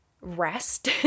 rest